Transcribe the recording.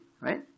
right